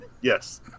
Yes